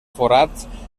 forats